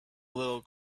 little